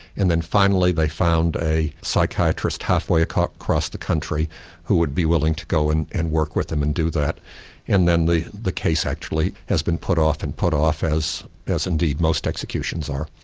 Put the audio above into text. and then finally they found a psychiatrist halfway across the country who would be willing to go and and work with him and do that and then the the case actually has been put off and put off, as as indeed most executions are.